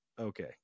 okay